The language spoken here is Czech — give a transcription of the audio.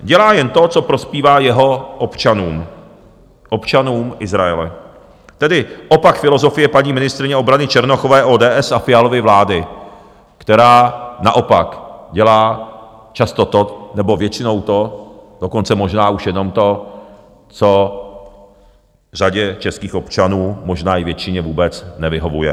Dělá jen to, co prospívá jeho občanům, občanům Izraele, tedy opak filozofie paní ministryně obrany Černochové, ODS a Fialovy vlády, která naopak dělá často to, nebo většinou to, dokonce možná už jenom to, co řadě českých občanů, možná i většině, vůbec nevyhovuje.